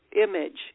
image